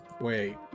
Wait